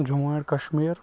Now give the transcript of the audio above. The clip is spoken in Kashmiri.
جموں اینڈ کشمیٖر